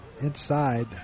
inside